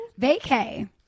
vacay